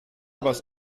was